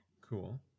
Cool